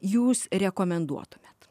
jūs rekomenduotumėt